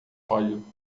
óleo